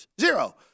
Zero